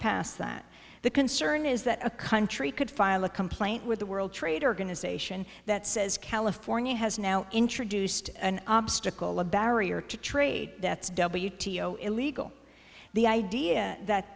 that the concern is that a country could file a complaint with the world trade organization that says california has now introduced an obstacle a barrier to trade that's w t o illegal the idea that